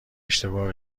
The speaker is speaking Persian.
اشتباه